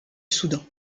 soudan